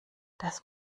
das